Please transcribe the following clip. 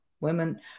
women